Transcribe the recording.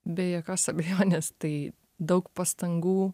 be jokios abejonės tai daug pastangų